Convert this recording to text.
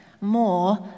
more